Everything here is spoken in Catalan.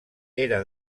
era